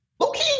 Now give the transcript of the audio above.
Okay